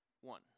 One